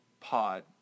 pod